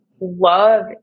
love